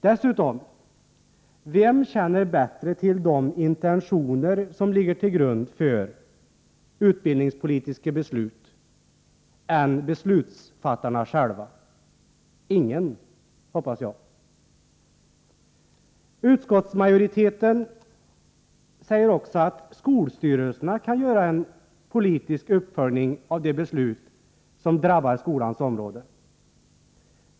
Dessutom: Vem känner bättre till de intentioner som ligger till grund för utbildningspolitiska beslut än beslutsfattarna själva? Ingen, hoppas jag. Utskottsmajoriteten säger också att skolstyrelserna kan göra en politisk uppföljning av de beslut som rör skolans område.